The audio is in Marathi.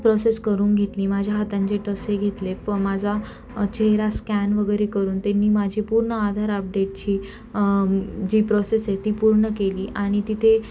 प्रोसेस करून घेतली माझ्या हातांचे ठसे घेतले फ माझा चेहरा स्कॅन वगैरे करून त्यांनी माझी पूर्ण आधार अपडेटची जी प्रोसेस आहे ती पूर्ण केली आणि तिथे